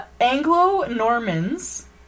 Anglo-Normans